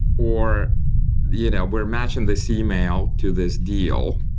or you know we're matching this email to this deal,